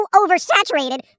oversaturated